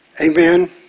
Amen